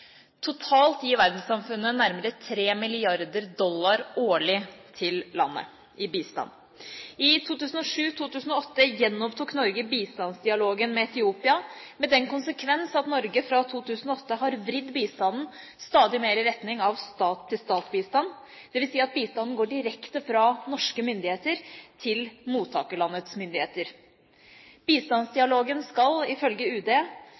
Totalt gir verdenssamfunnet nærmere 3 mrd. dollar årlig til landet i bistand. I 2007–2008 gjenopptok Norge bistandsdialogen med Etiopia, med den konsekvens at Norge fra 2008 har vridd bistanden stadig mer i retning av stat-til-stat-bistand, dvs. at bistanden går direkte fra norske myndigheter til mottakerlandets myndigheter. Bistandsdialogen skal ifølge UD